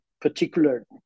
particular